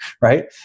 right